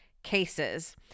cases